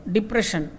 Depression